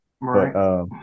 Right